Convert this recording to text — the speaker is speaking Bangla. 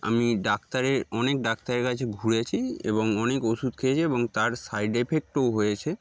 আমি ডাক্তারের অনেক ডাক্তারের কাছে ঘুরেছি এবং অনেক ওষুধ খেয়েছি এবং তার সাইড এফেক্টও হয়েছে